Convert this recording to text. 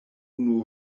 unu